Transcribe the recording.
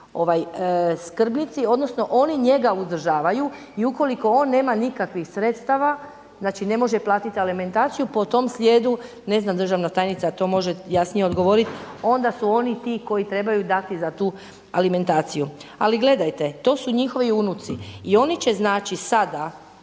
skrbnici, odnosno oni njega uzdržavaju i ukoliko on nema nikakvih sredstava znači ne može platiti alimentaciju po tom slijedu ne znam državna tajnica to može jasnije odgovoriti onda su oni ti koji trebaju dati za tu alimentaciju. Ali gledajte to su njihovi unuci i oni će znači sada